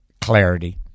clarity